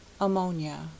Ammonia